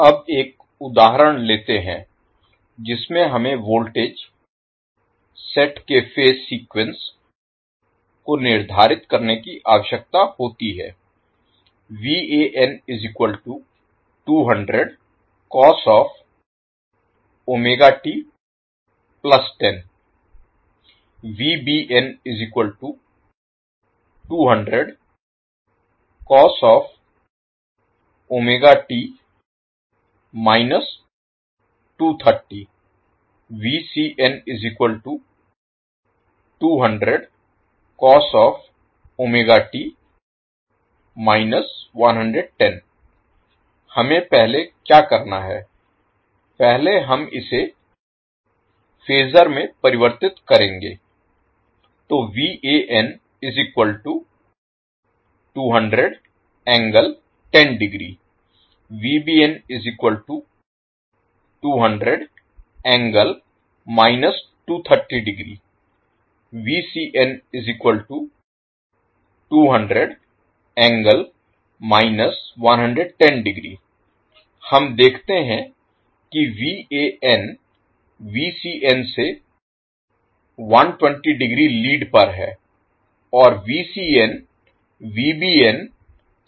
अब एक उदाहरण लेते हैं जिसमें हमें वोल्टेज सेट के फेज सीक्वेंस को निर्धारित करने की आवश्यकता होती है हमें पहले क्या करना है पहले हम इसे फ़ेसर में परिवर्तित करेंगे तो हम देखते हैं कि से 120° लीड पर है और से 120° लीड पर है